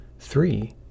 Three